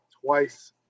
twice